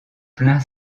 plein